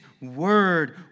Word